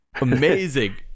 amazing